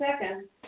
second –